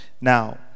Now